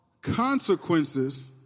consequences